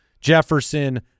Jefferson